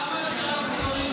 אבל מהי כוונת השר?